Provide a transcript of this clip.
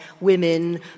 women